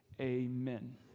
amen